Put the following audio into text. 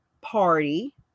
party